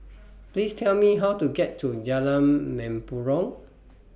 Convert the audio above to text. Please Tell Me How to get to Jalan Mempurong